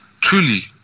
truly